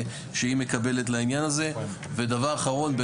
שהיא מקבלת לעניין הזה ודבר אחרון,